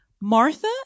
Martha